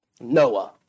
Noah